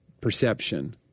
perception